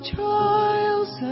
trials